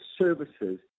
services